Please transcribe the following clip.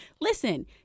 Listen